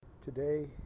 Today